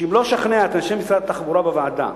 שאם לא אשכנע את אנשי משרד התחבורה בוועדה,